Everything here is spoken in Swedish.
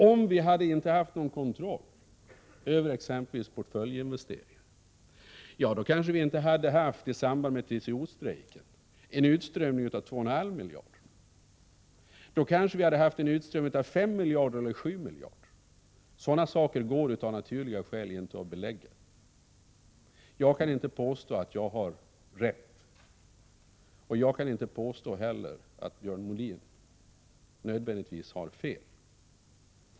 Om vi inte hade haft någon kontroll över exempelvis portföljinvesteringar, så hade vi kanske inte i samband med TCO-strejken haft en utströmning av 2,5 miljarder — då hade vi kanske haft en utströmning av 5 miljarder eller 7 miljarder. Sådana saker går av naturliga skäl inte att belägga. Jag kan inte påstå att jag har rätt, och jag kan inte heller påstå att Björn Molin nödvändigtvis har fel.